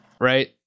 Right